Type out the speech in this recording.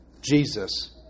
Jesus